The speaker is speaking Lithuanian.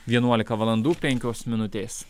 vienuolika valandų penkios minutės